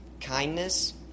kindness